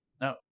no